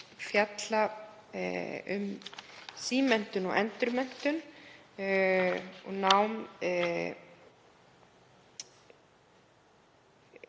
fjalla um símenntun og endurmenntun og nám